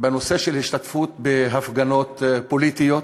בנושא של השתתפות בהפגנות פוליטיות,